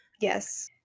Yes